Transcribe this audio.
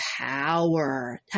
power